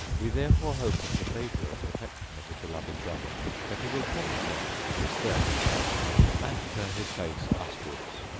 we therefore hope of the favour and affection of the beloved brother that he will condescend to bestir himself and turn his face us wards.